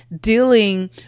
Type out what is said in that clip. dealing